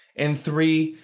and three,